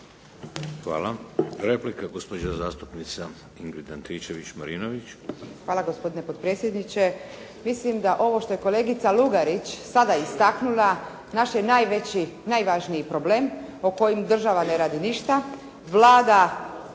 Hvala. Replika gospođa zastupnica Ingrid Antičević-Marinović. **Antičević Marinović, Ingrid (SDP)** Hvala gospodine potpredsjedniče. Mislim da ovo što je kolegica Lugarić sada istaknula naš je najveći, najvažniji problem po kojem država ne radi ništa, Vlada